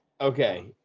Okay